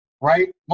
right